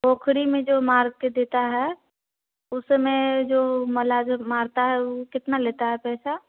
पोखरी में जो मार के देता है उसमें जो मल्लाह जोग मारता है वह कितना लेता है पैसा